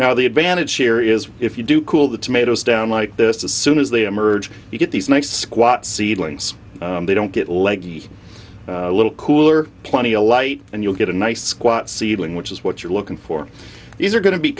now the advantage here is if you do cool the tomatoes down like this as soon as they emerge you get these nice squat seedlings they don't get leg a little cooler plenty a light and you'll get a nice squat seedling which is what you're looking for these are going to be